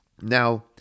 Now